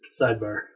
sidebar